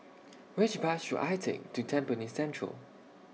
Which Bus should I Take to Tampines Central